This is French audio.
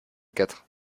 quatre